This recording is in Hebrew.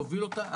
יוביל אותה,